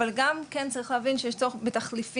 אבל גם כן צריך להבין שיש צורך בתחליפים,